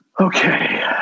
Okay